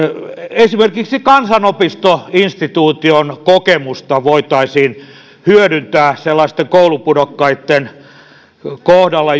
esimerkiksi kansanopistoinstituution kokemusta voitaisiin hyödyntää sellaisten koulupudokkaitten kohdalla